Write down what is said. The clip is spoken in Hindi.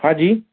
हाँ जी